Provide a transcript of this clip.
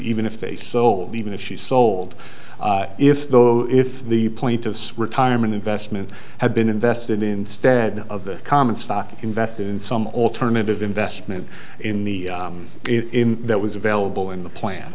even if they sold even if she sold if though if the point of retirement investment had been invested in instead of the common stock invested in some alternative investment in the in that was available in the plan